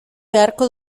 beharko